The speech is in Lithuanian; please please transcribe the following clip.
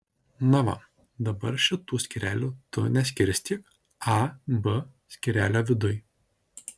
na va dabar šitų skyrelių tu neskirstyk a b skyrelio viduj